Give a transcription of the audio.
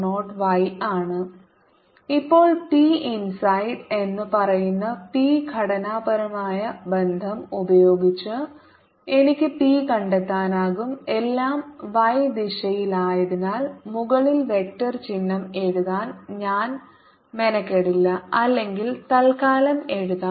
EE0yPPyE P20 P20y EE0y P20y Pe0Ee0E0 P20yPe0E0 eP2 P1e2e0E0P2e2e0E0y ഇപ്പോൾ P inside എന്ന് പറയുന്ന P ഘടനാപരമായ ബന്ധം ഉപയോഗിച്ച് എനിക്ക് പി കണ്ടെത്താനാകും എല്ലാം y ദിശയിലായതിനാൽ മുകളിൽ വെക്റ്റർ ചിഹ്നം എഴുതാൻ ഞാൻ മെനക്കെടില്ല അല്ലെങ്കിൽ തൽക്കാലം എഴുതാം